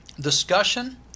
discussion